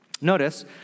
Notice